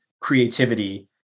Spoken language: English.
creativity